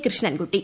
Krishnankutty